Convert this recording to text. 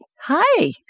Hi